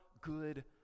good